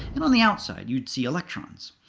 and on the outside, you'd see electrons.